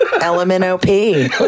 L-M-N-O-P